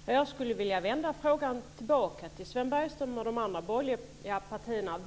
Herr talman! Jag skulle vilja vända tillbaka frågan till Sven Bergström och de andra borgerliga partierna: